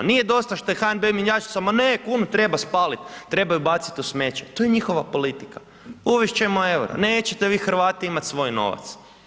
Nije dosta što je HNB mjenjačnica, ma ne kune, treba spalit', treba ju bacit' u smeće, to je njihova politika, uvest ćemo EUR-o, nećete vi Hrvati imati svoj novac.